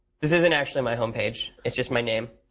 this isn't actually my homepage. it's just my name.